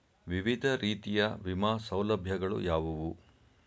ವಿವಿಧ ರೀತಿಯ ವಿಮಾ ಸೌಲಭ್ಯಗಳು ಯಾವುವು?